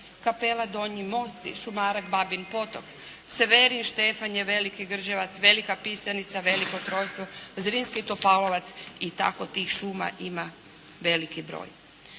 Kapela Donji most, šumarak Babin potok, Severi, Štefanje, Veliki Grđevac, Velika Pisanica, Veliko Trojstvo, Zrinski Topalovac, i tako tih šuma ima veliki broj.